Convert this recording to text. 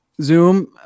Zoom